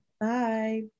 bye